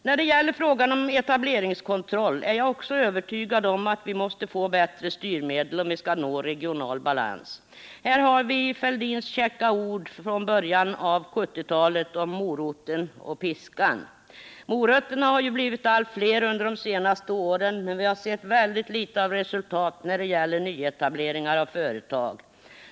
När det gäller frågan om etableringskontroll är jag också övertygad om att vi måste få bättre styrmedel, om vi skall nå regional balans. Här har vi Thorbjörn Fälldins käcka ord en gång i början av 1970-talet om moroten och piskan. Morötterna har ju blivit allt fler under under de senaste åren, men vi har sett väldigt litet av resultat när det gäller nyetableringar av företag.